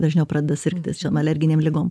dažniau pradeda sirgti alerginėm ligom